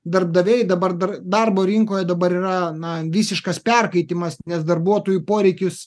darbdaviai dabar dar darbo rinkoje dabar yra na visiškas perkaitimas nes darbuotojų poreikis